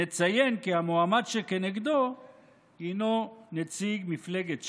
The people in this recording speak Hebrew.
נציין שהמועמד שכנגדו הינו נציג מפלגת ש"ס".